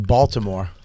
Baltimore